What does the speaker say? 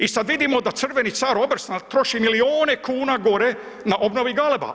I sad vidimo da crveni car Obersnel troši milione kuna gore na obnovi „Galeba“